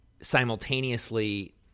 simultaneously